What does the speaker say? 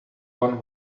one